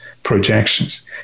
Projections